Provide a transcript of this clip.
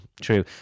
True